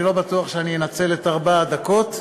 אני לא בטוח שאנצל את ארבע הדקות,